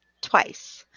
twice